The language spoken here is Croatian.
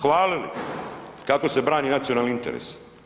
Hvalili kako se brani nacionalni interes.